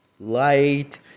light